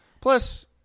Plus